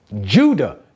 Judah